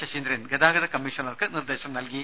ശശീന്ദ്രൻ ഗതാഗത കമ്മീഷണർക്ക് നിർദ്ദേശം നൽകി